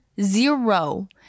zero